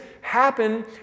happen